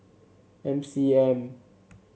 M C M